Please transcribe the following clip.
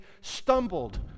stumbled